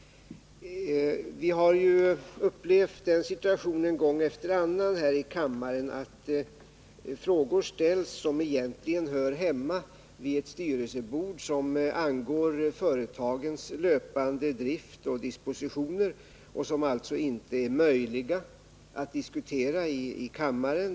Vi har ju upplevt den situationen gång efter annan här i kammaren att frågor ställs som egentligen hör hemma vid ett styrelsebord, frågor som angår företagens löpande drift och dispositioner och som alltså inte är möjliga att diskutera i kammaren.